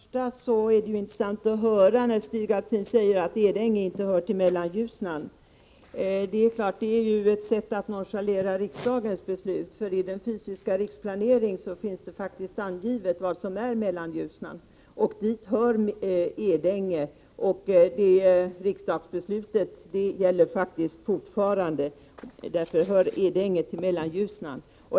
Herr talman! Först vill jag säga att det var intressant att höra Stig Alftin säga att Edänge inte hör till Mellanljusnan. Det är naturligtvis ett sätt att nonchalera riksdagens beslut. För i den fysiska riksplaneringen finns det faktiskt angivet vad som är Mellanljusnan, och dit hör Edänge. Det riksdagsbeslutet gäller faktiskt fortfarande. Därför hör Edänge till Mellanljusnan.